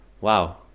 wow